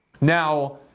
Now